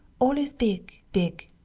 all is big, big!